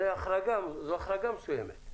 זאת החרגה מסוימת.